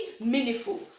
meaningful